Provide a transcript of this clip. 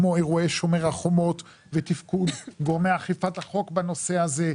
כמו אירועי 'שומר החומות' ותפקוד גורמי אכיפת החוק בנושא הזה.